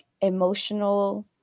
emotional